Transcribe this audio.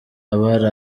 abari